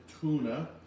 tuna